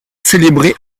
célébrées